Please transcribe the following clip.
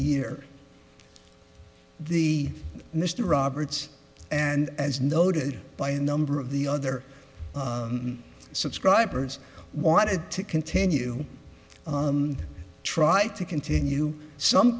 year the mr roberts and as noted by a number of the other subscribers wanted to continue try to continue some